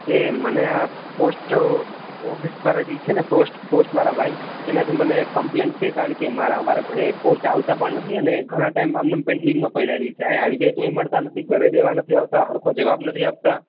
એ મને આ પોસ્ટઓફિસ મારે જી છે ને પોસ્ટવાળાભાઈ એનાથી મને કમપલેન છે કારણ કે મારા અમારા ઘરે પોસ્ટ આવતા પણ નથી અને ઘણા ટાઈમ આમ પેન્ડિંગ પડ્યા રહે છે હી આવી જાય તો ય મળતા નથી ઘરે દેવા નથી આવતા સરખો જવાબ નથી આપતા